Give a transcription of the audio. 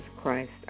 Christ